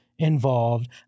involved